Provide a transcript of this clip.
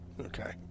Okay